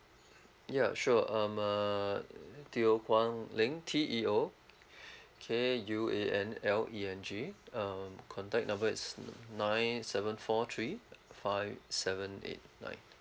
ya sure I'm uh teo kuan leng T E O K U A N L E N G um contact number is nine seven four three five seven eight nine